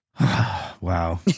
Wow